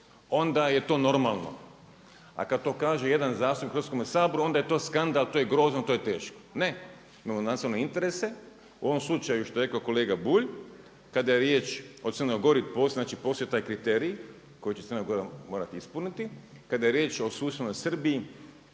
onda je to normalno a kada to kaže jedan zastupnik u Hrvatskome saboru onda je to skandal, to je grozno, to je teško. Ne, imamo nacionalne interese u ovom slučaju što je rekao kolega Bulj, kada je riječ o Crnoj Gori, znači postoji taj kriteriji koji će Crna Gora morati ispuniti. Kada je riječ o